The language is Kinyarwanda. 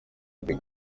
ati